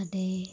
അതേ